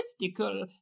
mystical